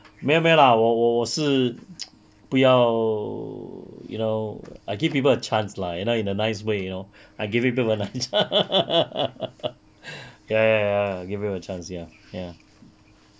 没有没有啦我我我是 不要 you know I give people a chance lah you know in a nice way you know I give people a chance lah ya ya ya I gave you a chance